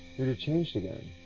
it changed again.